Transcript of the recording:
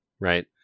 right